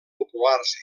populars